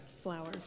Flour